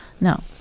No